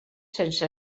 sense